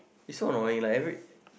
it's not annoying like every